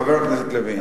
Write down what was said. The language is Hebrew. חבר הכנסת לוין,